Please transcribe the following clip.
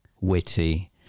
witty